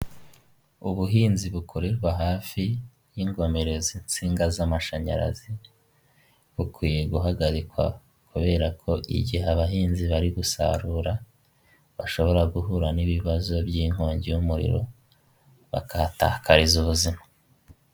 Ubuhinzi bukorerwa hafi y'ingomero z'insinga z'amashanyarazi bukwiye guhagarikwa, kubera ko igihe abahinzi bari gusarura bashobora guhura n'ibibazo by'inkongi y'umuriro, bakatakariza ubuzima.